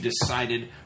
decided